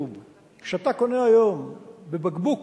כשאתה קונה היום בבקבוק